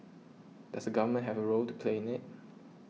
does the government have a role to play in it